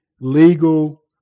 legal